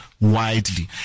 widely